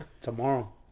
Tomorrow